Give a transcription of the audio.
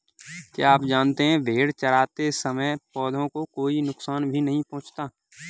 क्या आप जानते है भेड़ चरते समय पौधों को कोई नुकसान भी नहीं पहुँचाती